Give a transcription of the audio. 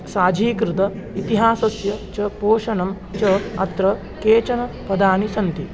साझीकृतम् इतिहासस्य च पोषणं च अत्र कानिचन पदानि सन्ति